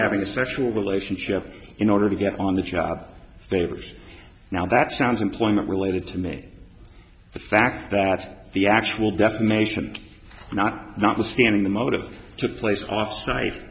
having a sexual relationship in order to get on the job favors now that sounds employment related to me the fact that the actual defamation not notwithstanding the motives took place o